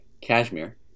Cashmere